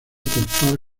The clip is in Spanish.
por